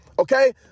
Okay